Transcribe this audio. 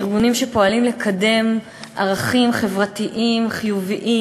ארגונים שפועלים לקידום ערכים חברתיים חיוביים